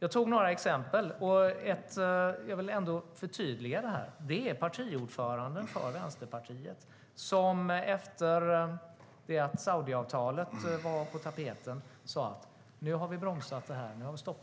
Jag tog några exempel, och jag vill förtydliga detta. Det rör sig om partiordföranden för Vänsterpartiet, som efter det att Saudiavtalet var på tapeten sa: Nu har vi bromsat det här, och